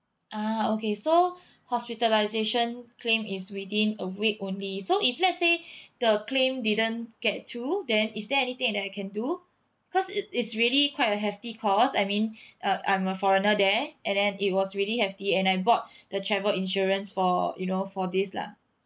ah okay so hospitalisation claim is within a week only so if let's say the claim didn't get through then is there anything that I can do cause it is really quite a hefty cost I mean uh I'm a foreigner there and then it was really hefty and I bought the travel insurance for you know for this lah